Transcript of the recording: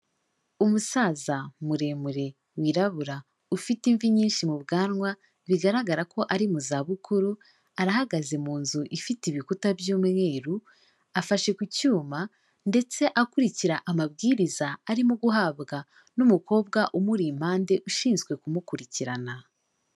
Umusaza muremure wirabura ufite imvi nyinshi mu bwanwa, bigaragara ko ari mu za bukuru, arahagaze mu nzu ifite ibikuta by'umweru, afashe ku cyuma, ndetse akurikira amabwiriza arimo guhabwa n'umukobwa umuri impande ushinzwe kumukurikirana.